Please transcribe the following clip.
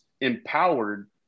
empowered